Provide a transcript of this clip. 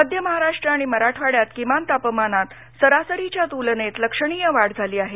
मध्य महाराष्ट्र आणि मराठवाड्यात किमान तापमानात सरासरीच्या तुलनेत लक्षणीय वाढ झाली आहे